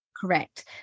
Correct